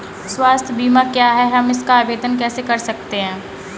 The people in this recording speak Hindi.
स्वास्थ्य बीमा क्या है हम इसका आवेदन कैसे कर सकते हैं?